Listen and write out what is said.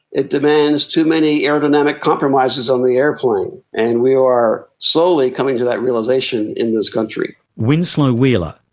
it demands too many aerodynamic compromises on the aeroplane, and we are slowly coming to that realisation in this country. winslow wheeler,